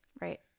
Right